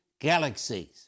galaxies